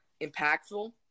impactful